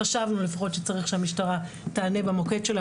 חשבנו לפחות שצריך שהמשטרה תענה במוקד שלה,